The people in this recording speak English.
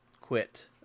quit